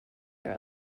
are